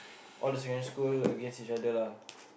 all the secondary school against each other lah